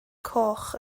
coch